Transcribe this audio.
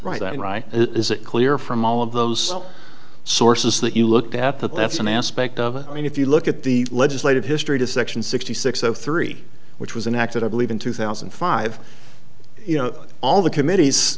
mean right is it clear from all of those sources that you looked at that that's an aspect of it i mean if you look at the legislative history to section sixty six zero three which was an act that i believe in two thousand and five you know all the committees